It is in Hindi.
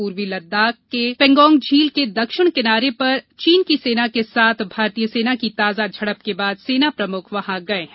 पूर्वी लद्दाख में पेंगोंग झील के दक्षिण किनारे पर चीन की सेना के साथ भारतीय सेना की ताजा झड़प के बाद सेना प्रमुख वहां गये हैं